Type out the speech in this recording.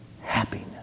happiness